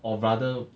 or rather